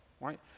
right